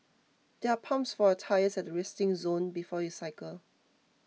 there are pumps for your tyres at the resting zone before you cycle